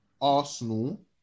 Arsenal